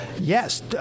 yes